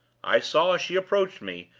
i saw, as she approached me,